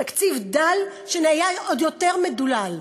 תקציב דל שנהיה עוד יותר מדולל.